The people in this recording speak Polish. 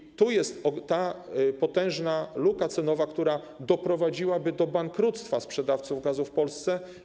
I tu jest ta potężna luka cenowa, która doprowadziłaby do bankructwa sprzedawców gazu w Polsce.